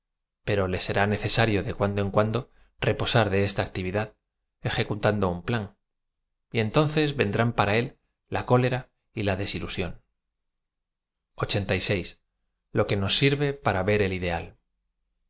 pero le será necebario de cuando ea cuando reposar de esta actividad ejecutando un plan y entonces vendrán para é l la cólera y la desilusión l o q u t no sirve p a ra ve r el ideal